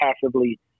passively